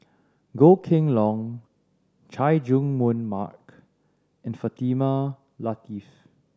Goh Kheng Long Chay Jung Jun Mark and Fatimah Lateef